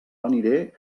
aniré